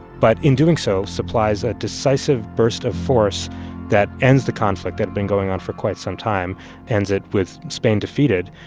but in doing so supplies a decisive burst of force that ends the conflict that'd been going on for quite some time ends it with spain defeated.